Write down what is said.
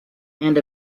and